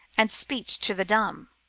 and speech to the dumb.